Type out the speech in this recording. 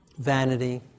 vanity